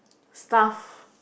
staff